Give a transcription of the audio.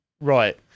right